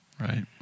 right